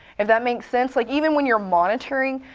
if that makes sense. like even when you're monitoring,